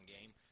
game